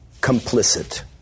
complicit